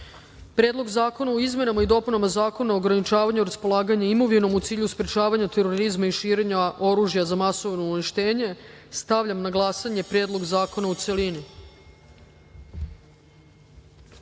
Predlog zakona o izmenama i dopunama Zakona o ograničavanju raspolaganja imovinom u cilju sprečavanja terorizma i širenja oružja za masovno uništenje. Stavljam na glasanje Predlog zakona u